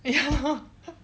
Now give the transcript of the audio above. ya